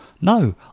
No